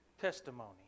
testimony